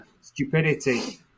stupidity